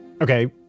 Okay